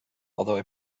although